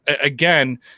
again